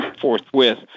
Forthwith